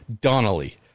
Donnelly